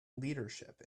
leadership